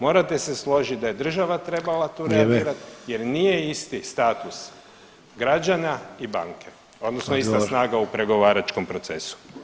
Morate se složit da je država trebala tu reagirat jer nije isti status građana i banke odnosno ista snaga u pregovaračkom procesu.